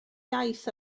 iaith